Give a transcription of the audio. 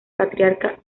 patriarca